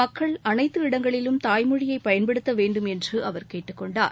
மக்கள் அளைத்து இடங்களிலும் தாய்மொழியைப் பயன்படுத்த வேண்டும் என்று அவர் கேட்டுக் கொண்டார்